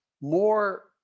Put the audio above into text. more